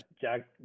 jack